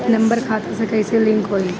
Number खाता से कईसे लिंक होई?